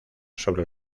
sobre